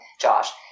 Josh